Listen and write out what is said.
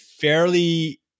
fairly